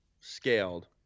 scaled